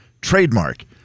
trademark